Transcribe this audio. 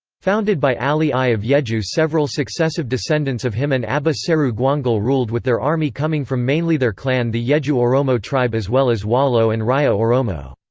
founded by ali i of yejju several successive descendants of him and abba seru gwangul ruled with their army coming from mainly their clan the yejju oromo tribe as well as wollo and raya oromo.